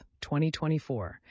2024